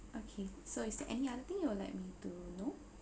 okay so is there any other thing you like me to know